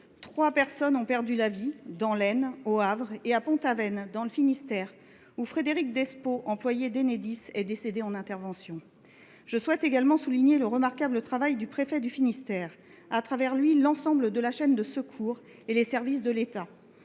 Trois personnes ont perdu la vie – dans l’Aisne, au Havre et à Pont Aven, dans le Finistère, où Frédéric Despaux, employé d’Enedis, est décédé en intervention. Je souhaite également souligner le remarquable travail du préfet du Finistère et, à travers lui, saluer l’ensemble de la chaîne de secours et les services de l’État.